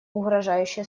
угрожающе